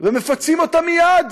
ומפצים אותם מייד,